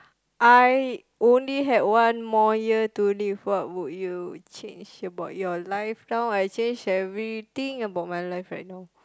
I only had one more year to live what would you change about your life now I change everything about my life right now